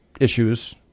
issues